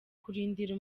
kurindira